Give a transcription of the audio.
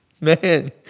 man